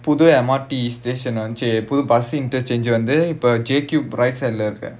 புது:puthu M_R_T station வந்துசே புது:vanthuchae puthu bus interchange வந்து இப்போ:vanthu ippo J cube right side lah இருக்கு:irukku